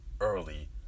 early